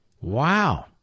Wow